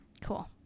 cool